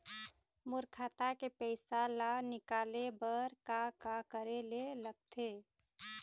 मोर खाता के पैसा ला निकाले बर का का करे ले लगथे?